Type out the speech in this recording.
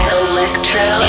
electro